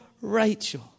Rachel